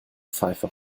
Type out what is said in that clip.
pfeife